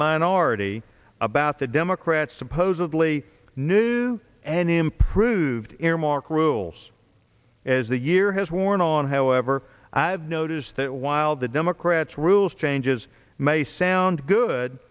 minority about the democrats supposedly new and improved earmark rules as the year has worn on however i've noticed that while the democrats rules changes may sound good